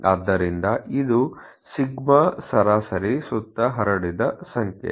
ಆದ್ದರಿಂದ ಇದು 𝝈 ಸರಾಸರಿ ಸುತ್ತ ಹರಡಿದ ಸಂಖ್ಯೆ